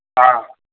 ஆ